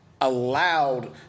allowed